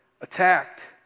Attacked